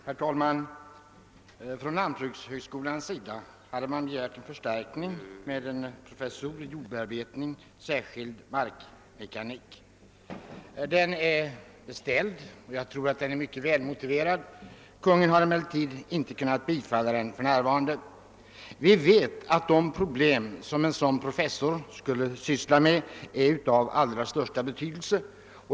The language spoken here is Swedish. Herr talman! Från lantbrukshögskolans sida hade man begärt en förstärkning med en professur i jordbearbetning, särskilt markmekanik. Jag tror att denna framställning är mycket välmotiverad. Kungl. Maj:t har emellertid inte kunnat förorda den för närvarande. Vi vet att de problem som en sådan professor skall syssla med är av allra största betydelse.